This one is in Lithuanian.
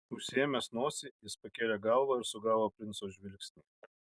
užsiėmęs nosį jis pakėlė galvą ir sugavo princo žvilgsnį